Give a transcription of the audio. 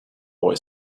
boy